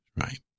right